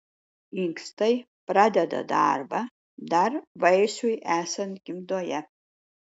inkstai pradeda darbą dar vaisiui esant gimdoje